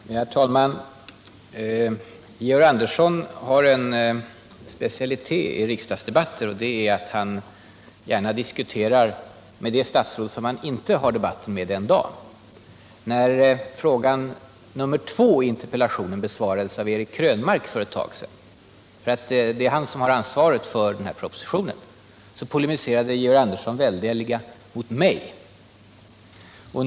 Herr talman! Georg Andersson har en specialitet i riksdagsdebatter: han diskuterar gärna med det statsråd som han inte för debatten med den dagen! När fråga nr 2 i interpellationen besvarades av Eric Krönmark för ett tag sedan — det är han som har ansvaret för propositionen om ny vapenfrilag — polemiserade Georg Andersson väldeliga mot mig.